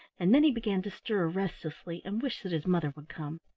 and then he began to stir restlessly and wish that his mother would come.